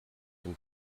dem